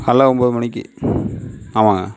காலையில் ஒம்பது மணிக்கு ஆமாம்ங்க